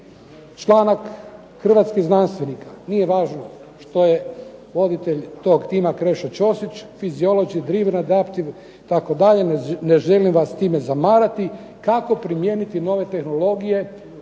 članak hrvatskih znanstvenika. Nije važno što je voditelj tog tima Krešo Ćosić …/Govornik se ne razumije./… itd., ne želim vas s time zamarati, kako primijeniti nove tehnologije